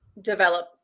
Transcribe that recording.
develop